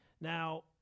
Now